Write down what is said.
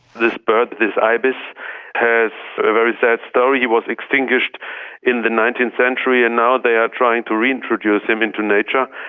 this bird, this ibis has a very sad story. he was extinguished in the nineteenth century and now they are trying to reintroduce him into nature,